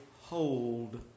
hold